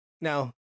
Now